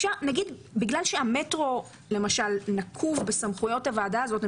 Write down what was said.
בגלל שהמטרו נקוב בסמכויות הוועדה הזאת אני